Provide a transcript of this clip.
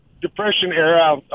Depression-era